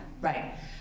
right